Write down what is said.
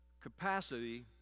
capacity